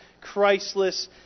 Christless